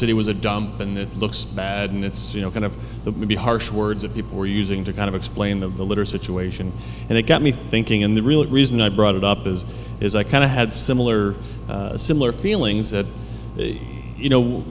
city was a dump and it looks bad and it's you know kind of the be harsh words of people are using to kind of explain of the litter situation and it got me thinking in the real reason i brought it up is is i kind of had similar similar feelings that you know